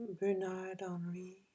Bernard-Henri